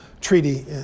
Treaty